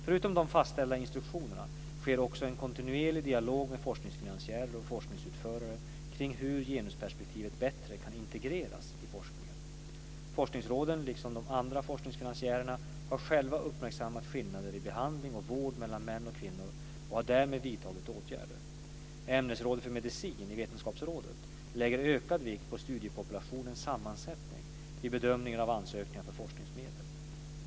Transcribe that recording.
Förutom de fastställda instruktionerna sker också en kontinuerlig dialog med forskningsfinansiärer och forskningsutförare kring hur genusperspektivet bättre kan integreras i forskningen. Forskningsråden liksom andra forskningsfinansiärer har själva uppmärksammat skillnader i behandling och vård mellan män och kvinnor och har därmed vidtagit åtgärder. Vetenskapsrådets ämnesråd för medicin lägger ökad vikt på studiepopulationens sammansättning vid bedömningen av ansökningar om forskningsmedel.